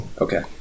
Okay